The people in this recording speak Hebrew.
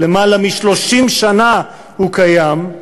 למעלה מ-30 שנה הוא קיים,